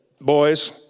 Boys